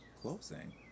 closing